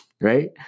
right